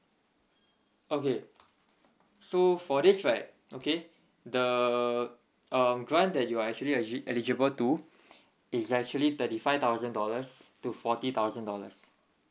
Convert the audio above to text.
okay so for this right okay the uh grant that you are actually eli~ eligible to is actually thirty five thousand dollars to forty thousand dollars